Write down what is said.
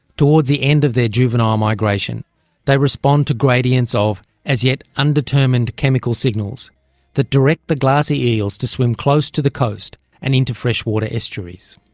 towards the end of their juvenile migration they respond to gradients of as yet undetermined chemical signals that direct the glassy eels to swim close to the coast and into freshwater estuaries.